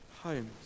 Homes